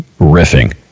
riffing